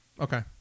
Okay